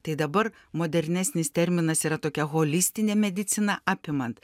tai dabar modernesnis terminas yra tokia holistinė medicina apimant